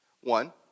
one